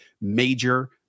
major